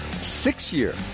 six-year